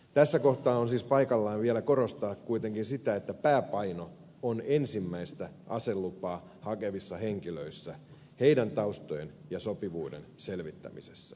tässä kohtaa on siis paikallaan vielä korostaa kuitenkin sitä että pääpaino on ensimmäistä aselupaa hakevissa henkilöissä heidän taustojensa ja sopivuutensa selvittämisessä